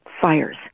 fires